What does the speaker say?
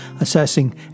assessing